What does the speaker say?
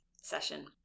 session